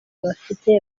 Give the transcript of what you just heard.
bafite